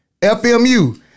FMU